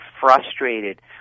frustrated